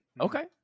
Okay